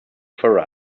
for